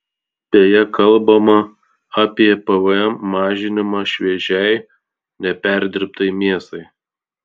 beje kalbama apie pvm mažinimą šviežiai neperdirbtai mėsai